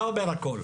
זה אומר הכול.